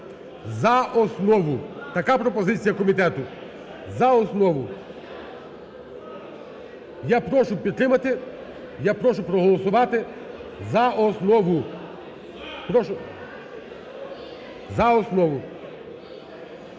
за основу – така пропозиція комітету, за основу. Я прошу підтримати, я прошу проголосувати за основу, прошу за основу.